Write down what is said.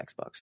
Xbox